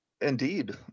indeed